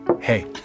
Hey